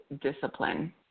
discipline